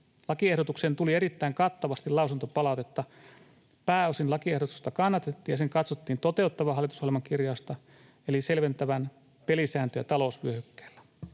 Lakiehdotukseen tuli erittäin kattavasti lausuntopalautetta. Pääosin lakiehdotusta kannatettiin, ja sen katsottiin toteuttavan hallitusohjelman kirjausta eli selventävän pelisääntöjä talousvyöhykkeellä.